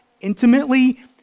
intimately